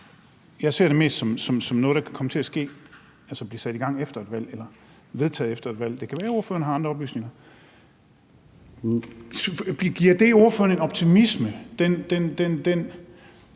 Jeg ser det mest som noget, der kan komme til at ske, og som vil blive sat i gang eller vedtaget efter et valg. Det kan være, ordføreren har andre oplysninger. Giver den proces, der har været